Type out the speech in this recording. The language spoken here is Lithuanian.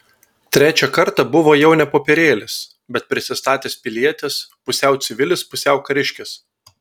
trečią kartą buvo jau ne popierėlis bet prisistatęs pilietis pusiau civilis pusiau kariškis